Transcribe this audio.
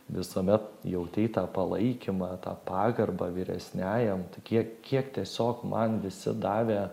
visuomet jautei tą palaikymą tą pagarbą vyresniajam kiek kiek tiesiog man visi davė